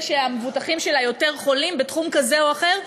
שהמבוטחים שלה יותר חולים בתחום כזה או אחר,